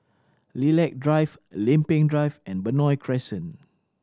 Lilac Drive Lempeng Drive and Benoi Crescent